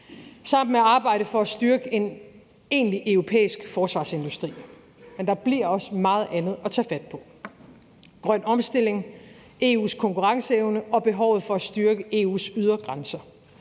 sammen med arbejdet for at styrke en egentlig europæisk forsvarsindustri, men der bliver også meget andet at tage fat på: grøn omstilling, EU's konkurrenceevne og behovet for at styrke EU's ydre grænser.